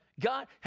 God